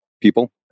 people